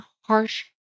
harsh